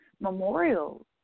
memorials